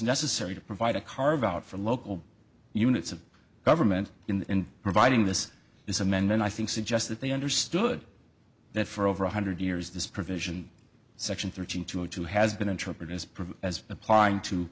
necessary to provide a carve out for local units of government in providing this is amend and i think suggest that they understood that for over one hundred years this provision section thirteen to two has been interpreted as pretty as applying to